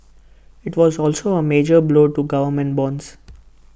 IT was also A major blow to government bonds